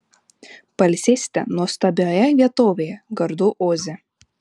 pailsėsite nuostabioje vietovėje gardų oze